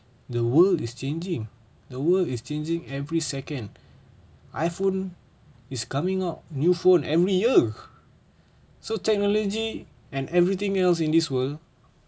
the world is changing the world is changing every second I phone is coming up new phone every year so technology and everything else in this world